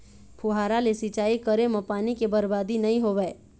फुहारा ले सिंचई करे म पानी के बरबादी नइ होवय